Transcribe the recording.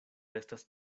estas